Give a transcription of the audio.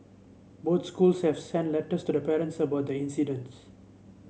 both schools have sent letters to the parents about the incidents